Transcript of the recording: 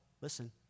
listen